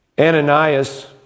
Ananias